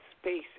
space